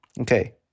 Okay